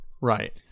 Right